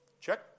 Check